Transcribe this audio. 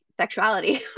sexuality